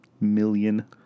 million